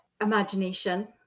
imagination